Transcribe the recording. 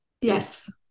yes